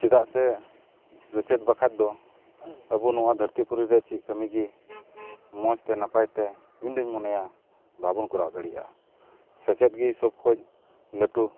ᱪᱮᱫᱟᱜ ᱥᱮ ᱥᱮᱪᱮᱫ ᱵᱟᱠᱷᱟᱱ ᱫᱚ ᱟᱵᱚ ᱱᱚᱣᱟ ᱫᱷᱟᱹᱨᱛᱤ ᱯᱩᱨᱤ ᱨᱮ ᱪᱮᱫ ᱠᱟᱹᱢᱤ ᱜᱮ ᱢᱚᱡᱽ ᱛᱮ ᱱᱟᱯᱟᱭ ᱛᱮ ᱤᱧ ᱫᱚᱧ ᱢᱚᱱᱮᱭᱟ ᱵᱟᱵᱚᱱ ᱠᱚᱨᱟᱣ ᱫᱟᱲᱮᱭᱟᱜᱼᱟ ᱥᱮᱪᱮᱫ ᱜᱮ ᱥᱚᱵᱽ ᱠᱷᱚᱱ ᱞᱟᱹᱴᱩ